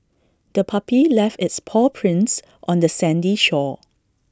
the puppy left its paw prints on the sandy shore